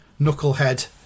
knucklehead